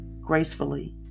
gracefully